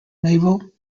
navel